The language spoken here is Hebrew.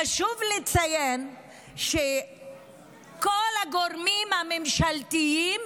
חשוב לציין שכל הגורמים הממשלתיים